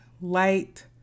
light